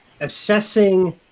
assessing